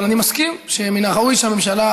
אבל אני מסכים שמן הראוי שהממשלה,